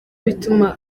bituma